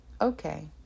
Okay